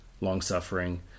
long-suffering